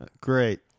Great